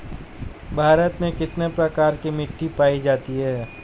भारत में कितने प्रकार की मिट्टी पाई जाती हैं?